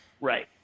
Right